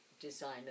designer